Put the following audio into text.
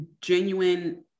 genuine